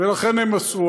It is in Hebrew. ולכן הם עשו.